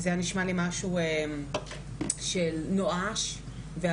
זה היה נשמע לי משהו נואש ועלוב,